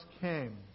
came